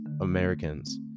Americans